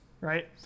right